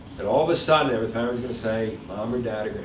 that all of a sudden, their family's going to say, mom or dad,